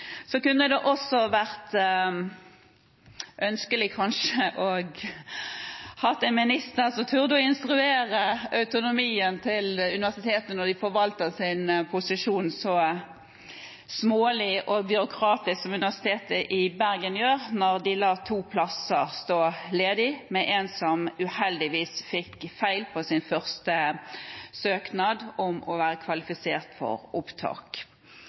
Det kunne kanskje også vært ønskelig å ha en minister som tør å utfordre universitetenes autonomi når de forvalter sin posisjon så smålig og byråkratisk som Universitetet i Bergen gjør, som lar to plasser stå ledige, med en som uheldigvis fikk feil på sin første søknad om å være kvalifisert for opptak.